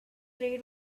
raid